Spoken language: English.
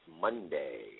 Monday